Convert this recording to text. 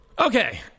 Okay